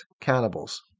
cannibals